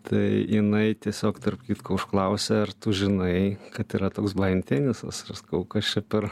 tai jinai tiesiog tarp kitko užklausė ar tu žinai kad yra toks tenisas ir aš sakau o kas čia per